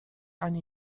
ani